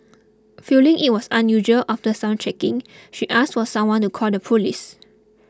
feeling it was unusual after some checking she asked for someone to call the police